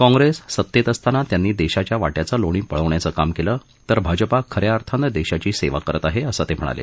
काँप्रेस सत्तेत असताना त्यांनी देशाच्या वाट्याचं लोणी पळवण्याचं काम केलं तर भाजपा खऱ्या अर्थानं देशाची सेवा करत आहे असं ते म्हणाले